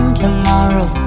tomorrow